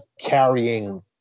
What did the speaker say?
carrying